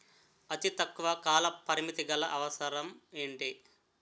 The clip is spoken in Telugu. అతి తక్కువ కాల పరిమితి గల అవసరం ఏంటి